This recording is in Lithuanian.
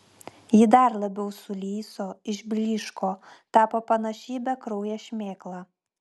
ji dar labiau sulyso išblyško tapo panaši į bekrauję šmėklą